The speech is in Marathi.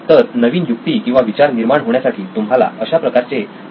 तर नवीन युक्ती किंवा विचार निर्माण होण्यासाठी तुम्हाला अशा प्रकारचे प्रश्न विचारावे लागतील